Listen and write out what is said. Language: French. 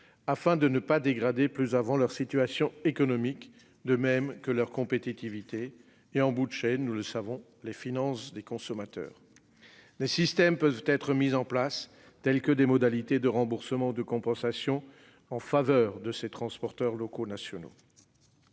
afin de ne pas dégrader plus avant leur situation économique, leur compétitivité et, en bout de chaîne- nous le savons -, les finances des consommateurs ? Des systèmes peuvent être mis en place. Je pense par exemple aux modalités de remboursement ou de compensation en faveur des transporteurs nationaux.